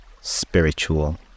spiritual